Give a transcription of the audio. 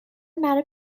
برای